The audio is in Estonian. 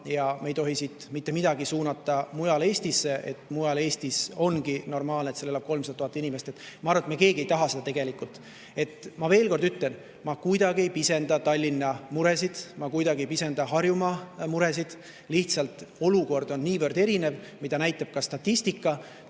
ja me ei tohi siit mitte midagi suunata mujale Eestisse, et ongi normaalne, et mujal Eestis elab 300 000 inimest. Ma arvan, et me keegi ei taha seda tegelikult. Ma veel kord ütlen: ma kuidagi ei pisenda Tallinna muresid, ma kuidagi ei pisenda Harjumaa muresid. Lihtsalt olukord on niivõrd erinev. Seda näitab ka statistika,